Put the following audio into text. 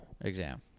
exam